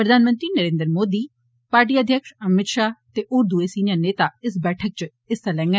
प्रधानमंत्री नरेन्द्र मोदी पार्टी अध्यक्ष अमित षाह ते होर दुए सिनियर नेता इस बैठक च हिस्स लैंगन